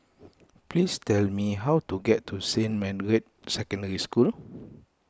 please tell me how to get to Saint Margaret's Secondary School